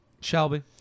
Shelby